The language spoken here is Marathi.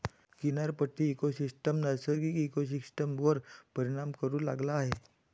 किनारपट्टी इकोसिस्टम नैसर्गिक इकोसिस्टमवर परिणाम करू लागला आहे